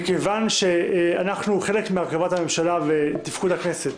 מכיוון שאנחנו חלק מהרכבת הממשלה ותפקוד הכנסת,